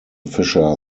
fisher